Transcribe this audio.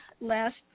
Last